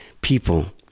people